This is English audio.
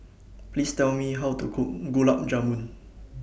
Please Tell Me How to Cook Gulab Jamun